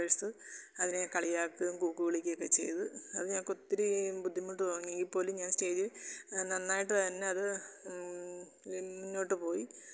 members അതിനെ കളിയാക്കുകയും കൂക്കി വിളിക്കുകയും ഒക്കെ ചെയ്തു അത് ഞങ്ങൾക്ക് ഒത്തിരി ബുദ്ധിമുട്ട് തോന്നി എങ്കിൽ പോലും ഞാൻ സ്റ്റേജിൽ നന്നായിട്ട് തന്നെ അത് മുന്നോട്ട് പോയി